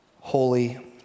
holy